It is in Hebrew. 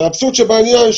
האבסורד שבעניין,